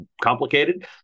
complicated